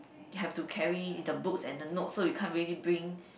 have to carry little books and the notes so you can't really bring